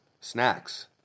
snacks